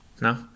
No